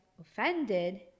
offended